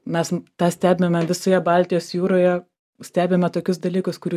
mes tą stebime visoje baltijos jūroje stebime tokius dalykus kurių